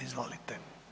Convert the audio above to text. Izvolite.